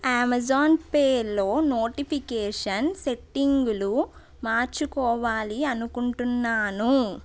Amazon Pay లో notification సెట్టింగులు మార్చుకోవాలి అనుకుంటున్నాను